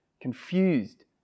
confused